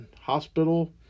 hospital